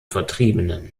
vertriebenen